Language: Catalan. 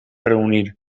reunir